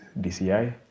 DCI